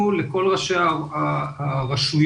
עד גיל שש עשו קפסולות.